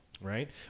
right